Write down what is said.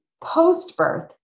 post-birth